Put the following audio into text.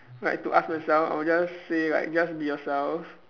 like to ask myself I'll just say like just be yourself